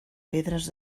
pedreres